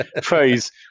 phrase